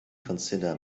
consider